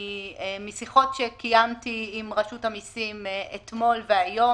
בשיחות שקיימתי עם רשות המיסים אתמול והיום